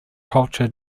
culture